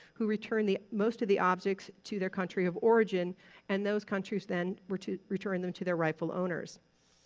who returned the most of the objects to their country of origin and those countries then were to return them to their rightful owners.